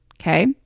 Okay